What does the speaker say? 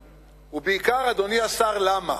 ובעיקר, אדוני השר, למה?